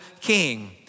king